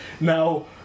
Now